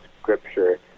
scripture